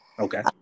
Okay